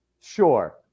Sure